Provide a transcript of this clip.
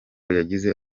yagize